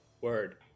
word